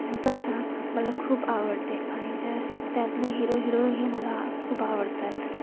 कथा मला खूप आवडते आणि त्या त्यातले हिरो हिरोही मला खूप आवडतात